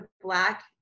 black